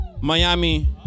Miami